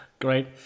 Great